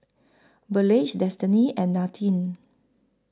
Burleigh Destiney and Nadine